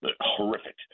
horrific